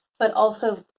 but also